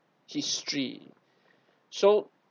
history so